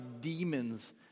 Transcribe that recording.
demons